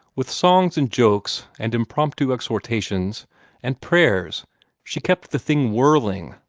with songs and jokes and impromptu exhortations and prayers she kept the thing whirling,